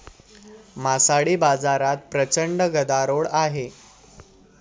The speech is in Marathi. मासळी बाजारात प्रचंड गदारोळ आहे